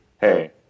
hey